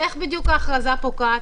איך בדיוק ההכרזה פוקעת?